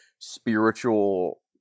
spiritual